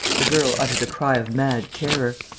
the girl uttered a cry of mad terror.